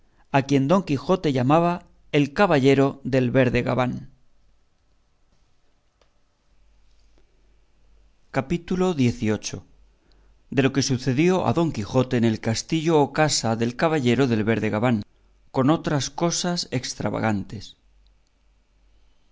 a quien don quijote llamaba el caballero del verde gabán capítulo xviii de lo que sucedió a don quijote en el castillo o casa del caballero del verde gabán con otras cosas extravagantes